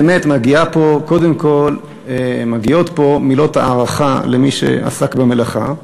באמת מגיעות פה מילות הערכה למי שעסק במלאכה.